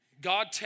God